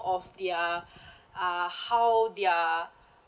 of their uh how their